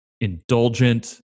indulgent